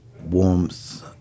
warmth